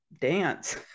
dance